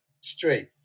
straight